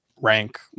rank